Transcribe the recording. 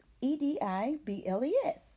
E-D-I-B-L-E-S